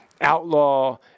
Outlaw